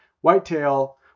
whitetail